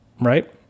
right